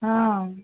ହଁ